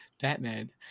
Batman